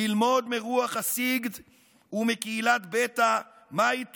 ללמוד מרוח הסגד ומקהילת ביתא מהי תורה,